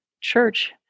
church